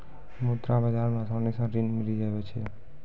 मुद्रा बाजार मे आसानी से ऋण मिली जावै छै